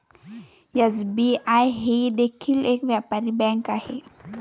SBI ही देखील एक व्यापारी बँक आहे